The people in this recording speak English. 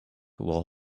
will